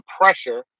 pressure